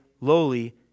lowly